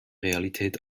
realität